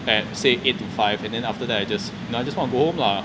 at say eight to five and then after that I just you know I just wanna go home lah